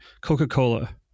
Coca-Cola